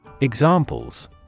Examples